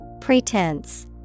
Pretense